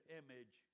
image